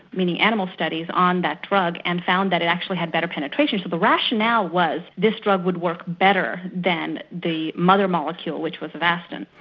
meaning animal studies, on that drug, and found that it actually had better penetration. so the rationale was this drug would work better than the mother molecule, which was avastin.